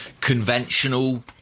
conventional